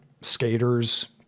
skaters